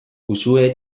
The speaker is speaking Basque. uxue